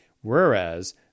whereas